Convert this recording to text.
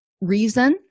reason